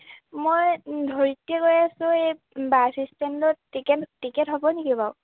মই ধৰিত্ৰীয়ে কৈ আছোঁ এই বাছ ষ্টেণ্ডত টিকেট টিকেট হ'ব নেকি বাৰু